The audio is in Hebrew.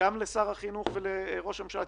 לשר החינוך ולראש המשלה,